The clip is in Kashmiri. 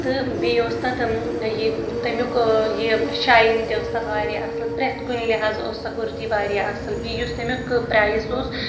تہٕ بیٚیہِ اوس تَتھ یہِ تَمیُک یہِ شَین تہِ ٲسۍ تَتھ واریاہ اَصٕل پرٮ۪تھ کُنہِ لحاظٕ ٲسۍ سۄ کُرتی واریاہ اَصٕل بیٚیہ یُس تَمیُک پرایِس اوس